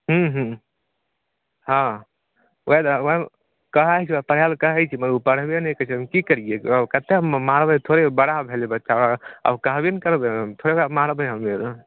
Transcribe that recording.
हूँ हूँ हाँ ओएह तऽ ओएह कहाँ हइ सभ पढ़ै लऽ कहै छै मगर ओ पढ़बे नहि करै छै हम की करियै गऽ ओ कतऽ मारबै थोड़े बड़ा भेलै बच्चा आब कहबे ने करबै थोड़बै मारबै हम